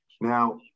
Now